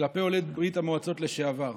כלפי עולי ברית המועצות לשעבר".